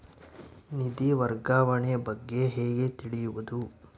ನಿಧಿ ವರ್ಗಾವಣೆ ಬಗ್ಗೆ ಹೇಗೆ ತಿಳಿಯುವುದು?